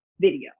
video